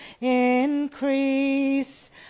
increase